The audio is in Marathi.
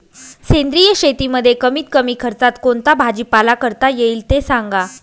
सेंद्रिय शेतीमध्ये कमीत कमी खर्चात कोणता भाजीपाला करता येईल ते सांगा